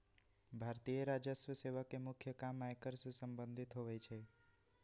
भारतीय राजस्व सेवा के मुख्य काम आयकर से संबंधित होइ छइ